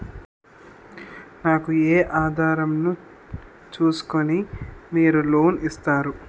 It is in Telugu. నాకు ఏ ఆధారం ను చూస్కుని మీరు లోన్ ఇస్తారు?